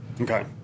okay